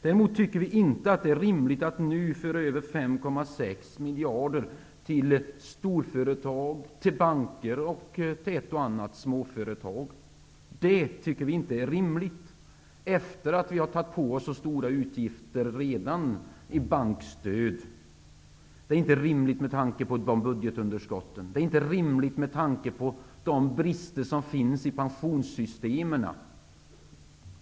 Däremot tycker vi inte att det är rimligt att nu föra över 5,6 miljarder till storföretag, banker och ett och annat småföretag. Det är inte rimligt när vi redan har tagit på oss så stora utgifter i bankstöd. Det är inte rimligt med tanke på budgetunderskotten. Det är inte rimligt med tanke på de brister som finns i pensionssystemen.